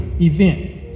event